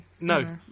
No